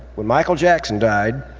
when michael jackson died,